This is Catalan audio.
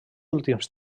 últims